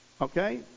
Okay